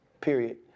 period